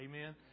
Amen